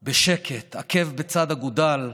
בשקט, עקב בצד אגודל,